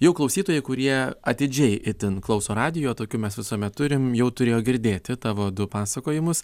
jau klausytojai kurie atidžiai itin klauso radijo tokių mes visuomet turim jau turėjo girdėti tavo du pasakojimus